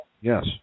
Yes